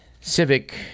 civic